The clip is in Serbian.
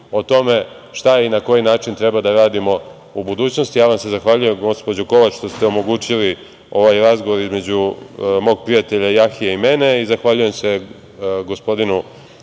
o tome šta i na koji način treba da radimo u budućnosti. Ja vam se zahvaljujem gospođo Kovač što ste omogućili ovaj razgovor između mog prijatelja Jahje i mene, i zahvaljujem se gospodinu